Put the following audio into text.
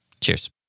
Cheers